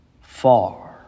far